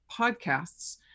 podcasts